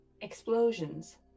explosions